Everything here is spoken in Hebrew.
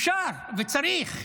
אפשר וצריך,